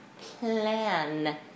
plan